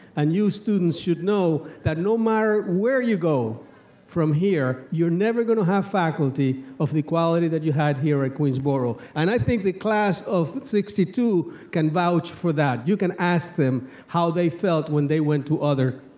and you, students, should know, that no matter where you go from here, you're never gonna have faculty of the quality that you had here at queensborough. and i think the class of sixty two can vouch for that. you can ask them how they felt when they went to other